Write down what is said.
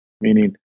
meaning